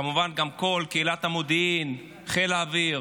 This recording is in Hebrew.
כמובן, גם כל קהילת המודיעין, חיל האוויר,